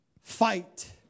fight